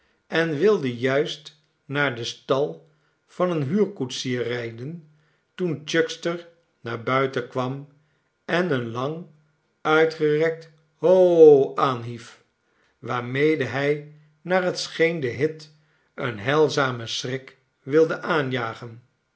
en wilde juist naar den stal van een huurkoetsier rijden toen chuckster naar buiten kwam en een lang uitgerekt hoo aanhief waarmede hij naar het scheen den hit een heilzamen schrik wilde aanjagen